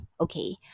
Okay